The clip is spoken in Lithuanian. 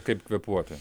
kaip kvėpuoti